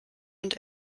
und